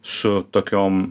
su tokiom